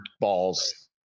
balls